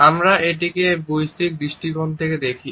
আমরা এটিকে একটি সার্বজনীন দৃষ্টিকোণ থেকে দেখি